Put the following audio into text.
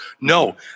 No